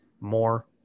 more